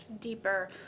deeper